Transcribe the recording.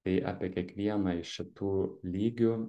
tai apie kiekvieną iš šitų lygių